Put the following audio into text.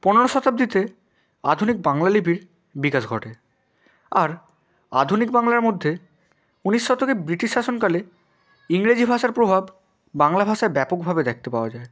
পনেরো শতাব্দীতে আধুনিক বাংলা লিপির বিকাশ ঘটে আর আধুনিক বাংলার মধ্যে ঊনিশ শতকে ব্রিটিশ শাসনকালে ইংরেজি ভাষার প্রভাব বাংলা ভাষায় ব্যাপকভাবে দেখতে পাওয়া যায়